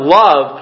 love